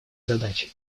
задачей